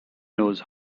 knows